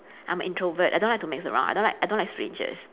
I'm an introvert I don't like to mix around I don't like I don't like strangers